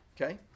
okay